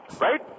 right